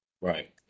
Right